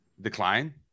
decline